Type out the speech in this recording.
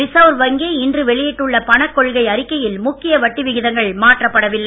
reserve வங்கி இன்று வெளியிட்டுள்ள பணக்கொள்கை அறிக்கையில் முக்கிய வட்டி விகிதங்கள் மாற்றப்படவில்லை